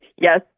Yes